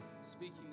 speaking